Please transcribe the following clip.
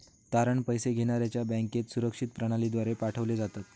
तारणे पैसे घेण्याऱ्याच्या बँकेत सुरक्षित प्रणालीद्वारे पाठवले जातात